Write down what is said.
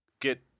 get